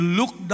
look